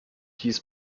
dies